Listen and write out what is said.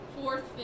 fourth